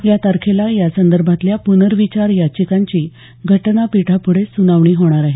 या तारखेला यासंदर्भातल्या प्नर्विचार याचिकांची घटनापीठापुढे सुनावणी होणार आहे